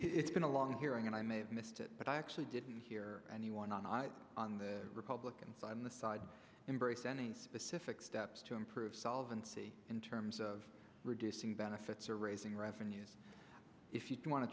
it's been a long hearing and i may have missed it but i actually didn't hear anyone on i on the republican side on the side embrace any specific steps to improve solvent in terms of reducing benefits or raising revenues if you want to